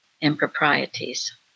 improprieties